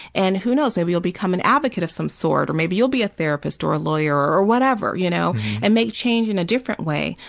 and who knows, maybe you'll become an advocate of some sort, or maybe you'll be a therapist or a lawyer or whatever, you know and make change in a different way.